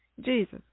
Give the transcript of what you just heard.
Jesus